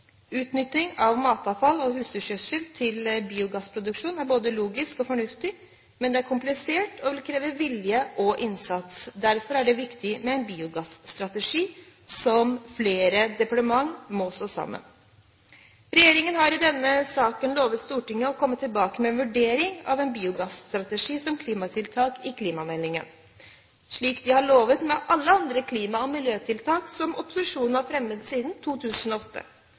av matavfall og husdyrgjødsel til biogassproduksjon er både logisk og fornuftig, men det er komplisert og krever vilje og innsats. Derfor er det viktig med en biogasstrategi, som flere departementer må stå sammen om. Regjeringen har i denne saken lovet Stortinget å komme tilbake med en vurdering av en biogasstrategi som klimatiltak i klimameldingen, slik den har lovet med alle andre klima- og miljøtiltak som opposisjonen har fremmet siden 2008.